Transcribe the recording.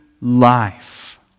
life